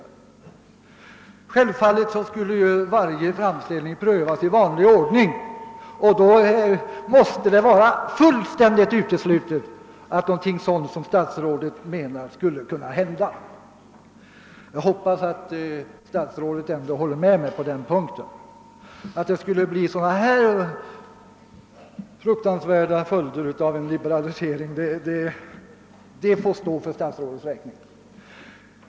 Självfallet skall varje ansökan prövas i vanlig ordning, och då måste det vara fullständigt uteslutet att någonting sådant som statsrådet avser skulle kunna hända. Jag hoppas att statsrådet ändå håller med mig på den punkten. Att det skulle bli så fruktansvärda följder av en liberalisering får stå för statsrådets räkning.